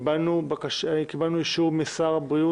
הבקשה להקדמת הדיון אושרה.